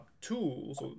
tools